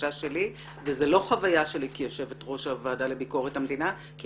זאת לא חוויה שלי כיושבת ראש הוועדה לביקורת המדינה כי